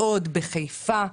מאוד בחיפה,